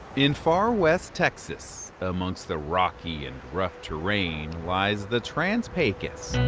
in far west texas, amongst the rocky and rough terrain lies the trans pecos.